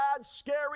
scary